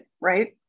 right